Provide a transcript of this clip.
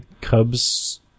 cubs